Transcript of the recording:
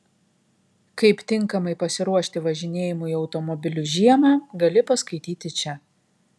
kaip tinkamai pasiruošti važinėjimui automobiliu žiemą gali paskaityti čia